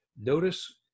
notice